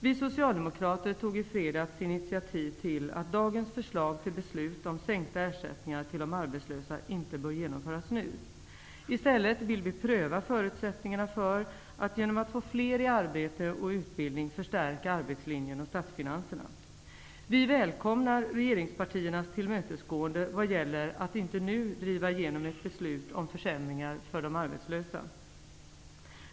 Vi socialdemokrater tog i fredags initiativ till att dagens förslag till beslut om sänkta ersättningar till de arbetslösa inte genomförs. I stället vill vi pröva förutsättningarna för att, genom att få fler i arbete och utbildning, förstärka arbetslinjen och statsfinanserna. Vi välkomnar regeringspartiernas tillmötesgående vad gäller att inte nu driva igenom ett beslut om försämringar för de arbetslösa.